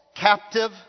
captive